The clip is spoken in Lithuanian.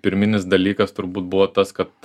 pirminis dalykas turbūt buvo tas kad